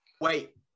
Wait